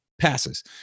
passes